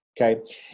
Okay